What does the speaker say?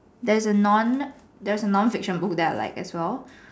there's a non there's a non fiction book that I like as well